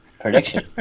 prediction